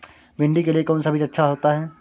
भिंडी के लिए कौन सा बीज अच्छा होता है?